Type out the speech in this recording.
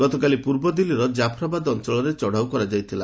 ଗତକାଲି ପୂର୍ବଦିଲ୍ଲୀର ଜାଫ୍ରାବାଦ ଅଞ୍ଚଳରେ ଚଢ଼ାଉ କରାଯାଇଥିଲା